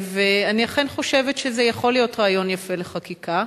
ואני אכן חושבת שזה יכול להיות רעיון יפה לחקיקה.